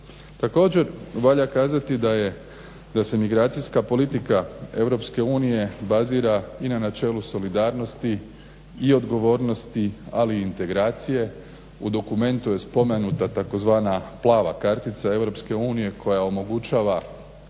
Također valja kazati da se migracijska politika EU bazira i na načelu solidarnosti i odgovornosti ali i integracije. U dokumentu je spomenuta tzv. plava kartica EU koja omogućava